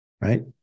right